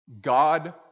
God